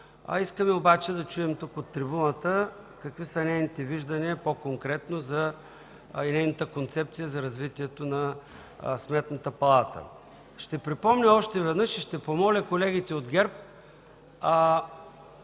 Искаме обаче да чуем тук, от трибуната, какви са нейните виждания по-конкретно и нейната концепция за развитието на Сметната палата. Ще припомня още веднъж и ще помоля колегите от ГЕРБ